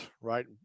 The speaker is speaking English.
right